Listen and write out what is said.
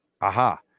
Aha